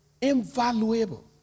invaluable